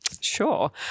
Sure